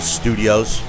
studios